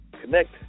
connect